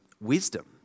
wisdom